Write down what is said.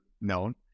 known